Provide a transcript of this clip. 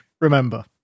Remember